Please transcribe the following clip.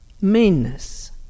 meanness